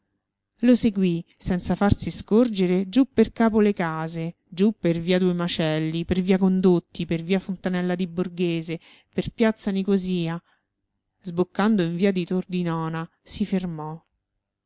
lo seguì senza farsi scorgere giù per capo le case giù per via due macelli per via condotti per via fontanella di borghese per piazza nicosia sboccando in via di tordinona si fermò